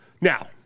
Now